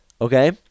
Okay